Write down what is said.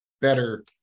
better